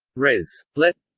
res. lett.